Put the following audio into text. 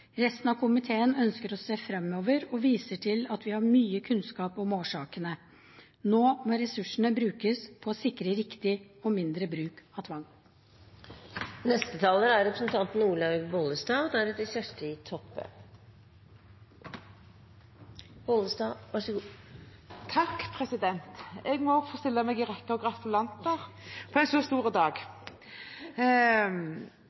Resten av komiteen ønsker å se fremover og viser til at vi har mye kunnskap om årsakene. Nå må ressursene brukes på å sikre riktig og mindre bruk av tvang. Jeg stiller meg i rekken av gratulanter på en så stor dag. Det er et behov for en økt kunnskap og økt oppmerksomhet rundt tvangsproblematikken, uansett hvilket grunnlag handlingen er utført på.